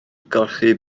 golchi